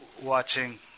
Watching